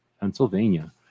pennsylvania